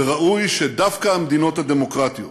וראוי שדווקא המדינות הדמוקרטיות,